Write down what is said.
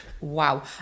Wow